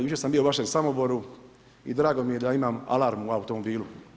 Jučer sam bio u vašem Samoboru i drago mi je da imam alarm u automobilu.